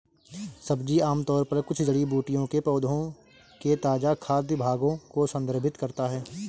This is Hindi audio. सब्जी आमतौर पर कुछ जड़ी बूटियों के पौधों के ताजा खाद्य भागों को संदर्भित करता है